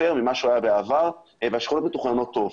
מכפי שהיה בעבר והשכונות מתוכננות טוב.